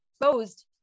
exposed